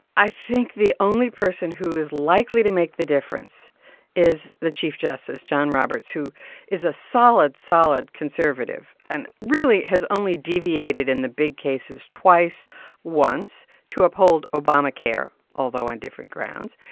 i think the only person who is likely to make the difference is the chief justice, john roberts, who is a solid, solid conservative and really has only deviated in the big cases twice once to uphold obamacare, although on different grounds,